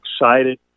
excited